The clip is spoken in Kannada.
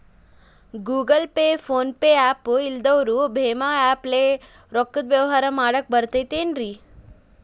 Google Pay, PhonePe app ಇಲ್ಲದವರು ಭೇಮಾ ಆ್ಯಪ್ ಲೇ ರೊಕ್ಕದ ವ್ಯವಹಾರ ಮಾಡಾಕ್ ಬರತೈತೇನ್ರೇ?